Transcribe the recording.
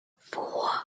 four